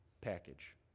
package